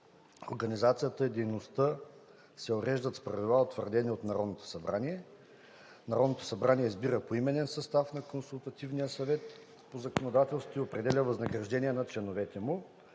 Организацията и дейността се уреждат с правила, утвърдени от Народното събрание. Народното събрание избира поименен състав на Консултативния съвет по законодателството и определя възнаграждение на членовете му.